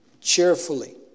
cheerfully